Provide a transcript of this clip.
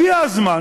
הגיע הזמן